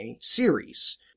series